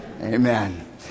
Amen